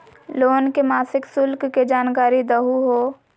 Loan के मासिक शुल्क के जानकारी दहु हो?